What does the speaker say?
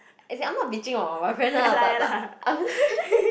as in I'm not bitching about my boyfriend ah but but